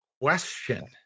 question